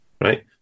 right